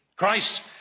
Christ